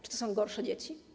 Czy to są gorsze dzieci?